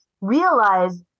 realize